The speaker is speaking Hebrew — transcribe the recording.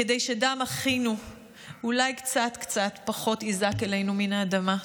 וכדי שדם אחינו אולי קצת קצת פחות יזעק אלינו מן האדמה.